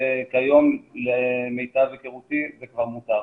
וכיום למיטב היכרותי זה כבר מותר.